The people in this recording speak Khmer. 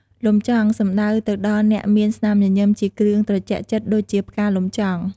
លំចង់ សំដៅទៅដល់អ្នកមានស្នាមញញឺមជាគ្រឿងត្រជាក់ចិត្តដូចជាផ្កាលំចង់។